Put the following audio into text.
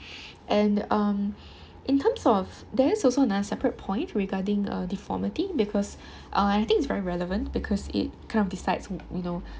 and um in terms of there is also another separate point regarding uh deformity because uh and I think it's very relevant because it kind of decides you know